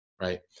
right